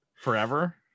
forever